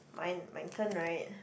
mine my turn right